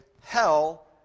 hell